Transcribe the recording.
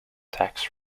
tax